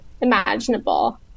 imaginable